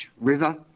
river